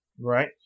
right